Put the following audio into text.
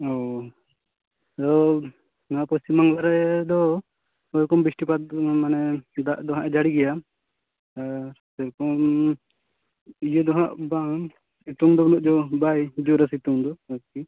ᱱᱚᱣᱟ ᱯᱚᱪᱷᱤᱢ ᱵᱟᱝᱞᱟ ᱨᱮᱫᱚ ᱳᱭᱨᱚᱠᱚᱢ ᱵᱤᱥᱴᱤᱯᱟᱛ ᱢᱟᱱᱮ ᱫᱟᱜ ᱫᱚ ᱱᱟᱦᱟᱜᱮ ᱡᱟᱹᱲᱤᱭ ᱜᱮᱭᱟ ᱟᱨ ᱥᱮᱨᱚᱠᱚᱢ ᱤᱭᱟᱹ ᱫᱚ ᱦᱟᱜ ᱵᱟᱝ ᱥᱤᱛᱩᱝ ᱫᱚ ᱩᱱᱟ ᱵᱟᱭ ᱡᱳᱨᱟ ᱥᱤᱛᱩᱝ ᱫᱚ ᱟᱨᱠᱤ